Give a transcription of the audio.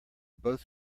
both